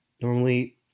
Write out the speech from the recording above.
normally